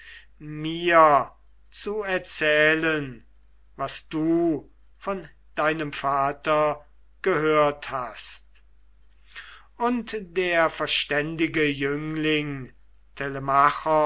mir zu erzählen was du von deinem vater gehört hast und der verständige jüngling